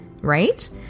Right